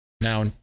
Now